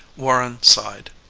warren sighed.